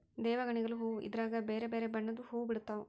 ದೇವಗಣಿಗಲು ಹೂವ್ವ ಇದ್ರಗ ಬೆರೆ ಬೆರೆ ಬಣ್ಣದ್ವು ಹುವ್ವ ಬಿಡ್ತವಾ